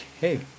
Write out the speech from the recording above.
hey